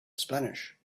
spanish